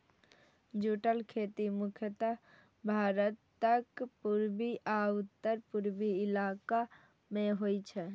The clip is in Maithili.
जूटक खेती मुख्यतः भारतक पूर्वी आ उत्तर पूर्वी इलाका मे होइ छै